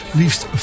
liefst